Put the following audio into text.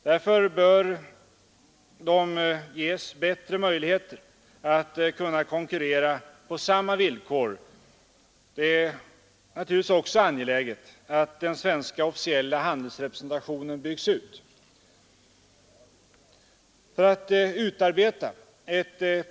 Därför bör de svenska företagen ges bättre möjligheter att konkurrera på samma villkor som andra. Det är naturligtvis också angeläget att den svenska officiella handelsrepresentationen byggs ut.